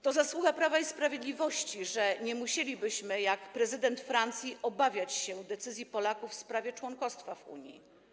To zasługa Prawa i Sprawiedliwości, że nie musielibyśmy jak prezydent Francji obawiać się decyzji Polaków w sprawie członkostwa w Unii.